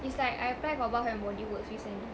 it's like I applied for Bath and Body Works recently